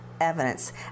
evidence